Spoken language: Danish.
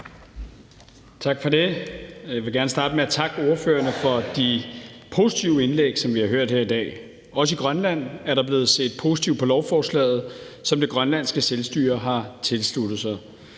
Tak for det. Jeg vil gerne starte med at takke ordførerne for de positive indlæg, som vi har hørt her i dag. Også i Grønland er der blevet set positivt på lovforslaget, som det grønlandske selvstyre har tilsluttet sig.